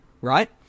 right